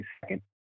second